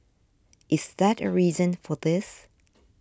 is that a reason for this